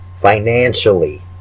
financially